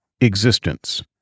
existence